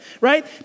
right